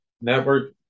network